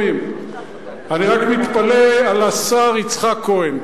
אני רק מתפלא על השר יצחק כהן.